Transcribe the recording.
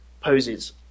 poses